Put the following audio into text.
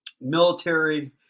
military